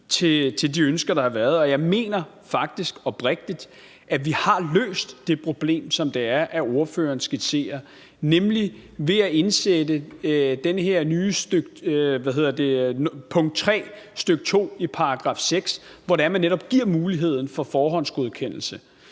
til de ønsker, der har været. Og jeg mener faktisk oprigtigt, at vi har løst det problem, som ordføreren skitserer, nemlig ved at indsætte det her nye punkt 3, stk. 2, i § 6, hvori man netop giver muligheden for forhåndsgodkendelse.